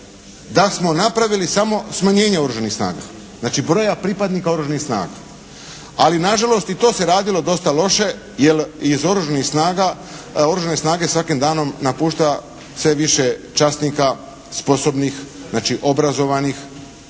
da smo napravili samo smanjenje Oružanih snaga, znači broja pripadnika Oružanih snaga. Ali na žalost i to se radilo dosta loše jer iz Oružanih snaga, Oružane snage svakim danom napušta sve više časnika sposobnih, znači obrazovanih